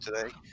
today